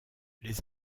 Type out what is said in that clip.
les